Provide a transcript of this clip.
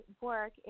work